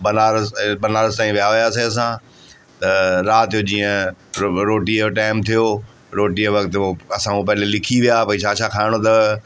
बनारस ऐं बनारस ताईं विया हुयासीं असां त राति जो जीअं रो रोटीअ जो टाइम थियो रोटीअ वक़्तु उहो असां उहो पहिले लिखी विया भई छा छा खाइणो अथव